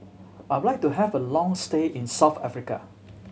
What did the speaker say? I would like to have a long stay in South Africa